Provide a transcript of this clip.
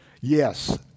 Yes